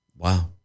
Wow